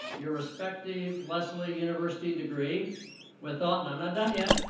your respective lesley university degree with all and i'm not done yet!